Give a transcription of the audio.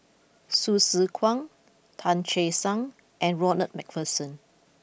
Hsu Tse Kwang Tan Che Sang and Ronald MacPherson